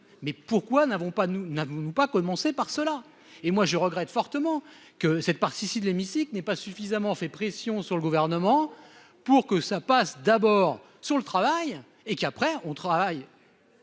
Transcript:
pas, nous n'avons-nous pas commencer par cela et moi je regrette fortement que cette partie ici de l'hémicycle, n'est pas suffisamment fait pression sur le gouvernement pour que ça passe d'abord sur le travail et qu'après on travaille.